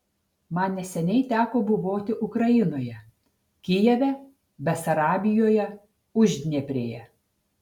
man neseniai teko buvoti ukrainoje kijeve besarabijoje uždnieprėje